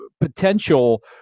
potential